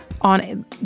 on